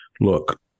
look